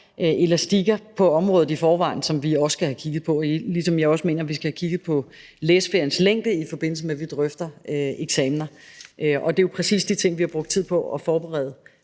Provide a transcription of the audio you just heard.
elastikker på området i forvejen, som vi også skal have kigget på, ligesom jeg også mener, at vi skal have kigget på læseferiens længde, i forbindelse med at vi drøfter eksamener. Og det er jo præcis de ting, vi har brugt tid på at forberede